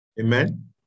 Amen